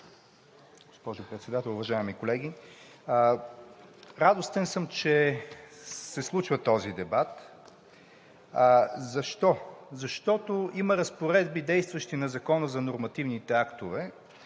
Госпожо Председател, уважаеми колеги! Радостен съм, че се случва този дебат. Защо? Защото има действащи разпоредби на Закона за нормативните актове,